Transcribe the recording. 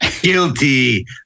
Guilty